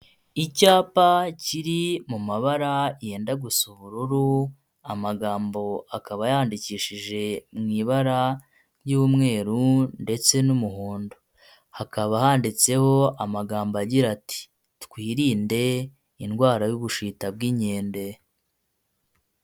Icyapa kiri mu mabara yenda gusa ubururu amagambo akaba yandikishije mu ibara ry'umweru ndetse n'umuhondo, hakaba handitseho amagambo agira ati twirinde indwara y'ubushita bw'inkende.